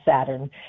Saturn